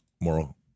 moral